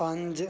ਪੰਜ